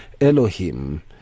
elohim